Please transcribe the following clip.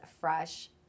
fresh